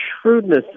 shrewdness